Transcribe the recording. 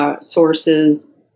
sources